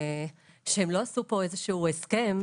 שהם לא עשו פה איזשהו הסכם,